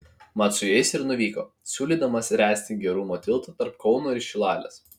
mat su jais ir nuvyko siūlydamas ręsti gerumo tiltą tarp kauno ir šilalės